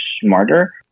smarter